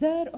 Det är inte